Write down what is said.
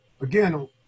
Again